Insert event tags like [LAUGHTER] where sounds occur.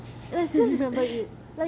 [LAUGHS]